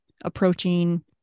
approaching